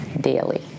daily